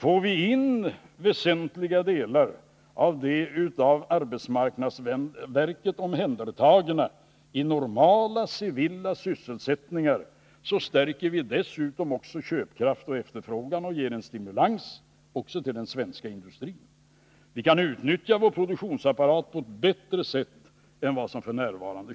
Får vi in väsentliga delar av de av arbetsmarknadsverket omhändertagna i normala, civila sysselsättningar, så stärker vi dessutom köpkraft och efterfrågan samt ger stimulans till den svenska industrin. Vi kan utnyttja vår produktionsapparat på ett bättre sätt än f. n..